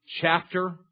chapter